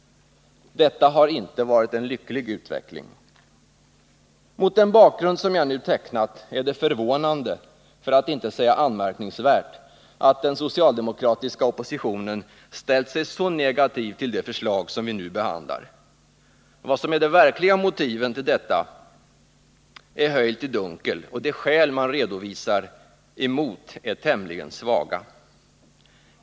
Detta har inte varit en lycklig utveckling. Mot den bakgrund som jag nu tecknat är det förvånande, för att inte säga anmärkningsvärt, att den socialdemokratiska oppositionen ställt sig så negativ till de förslag som vi nu behandlar. Vad som är de verkliga motiven för detta är höljt i dunkel, och de skäl som man redovisar emot förslagen är tämligen svaga.